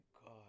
God